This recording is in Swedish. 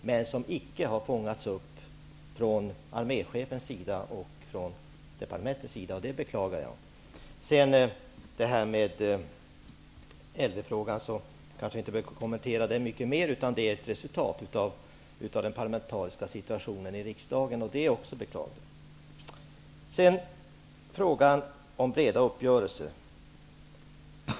Men de har inte fångats upp av arméchefen eller departementet. Det beklagar jag. Lv-frågan kanske vi inte behöver kommentera så mycket mer. Den är ett resultat av den parlametariska situationen i riksdagen. Den är också beklaglig. Jag skall kommentera frågan om breda uppgörelser.